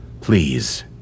Please